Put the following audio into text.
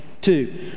Two